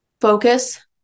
focus